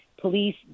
police